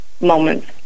moments